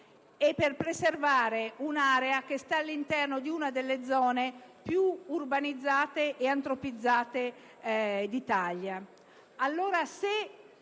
e per preservare un'area situata all'interno di una delle zone più urbanizzate e antropizzate d'Italia.